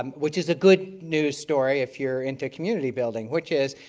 um which is a good news story if you are into community building, which is,